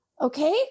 Okay